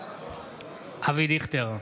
אבי דיכטר,